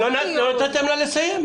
לא נתתם לה לסיים.